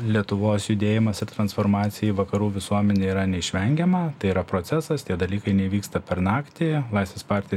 lietuvos judėjimas ir transformacija į vakarų visuomenę yra neišvengiama tai yra procesas tie dalykai neįvyksta per naktį laisvės partija